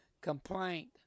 complaint